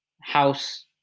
house